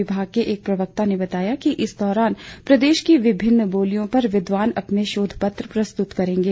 विभाग के एक प्रवक्ता ने बताया कि इस दौरान प्रदेश की विभिन्न बोलियों पर विद्वान अपने शोधपत्र प्रस्तुत करेंगे